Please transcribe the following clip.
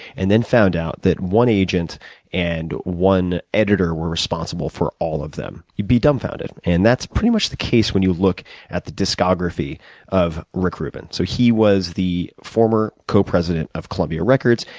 and then found out that one agent and one editor were responsible for all of them. you'd be dumbfounded. and, that's pretty much the case, when you look at the discography of rick rubin. so, he was the former co-president of columbia records,